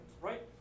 Right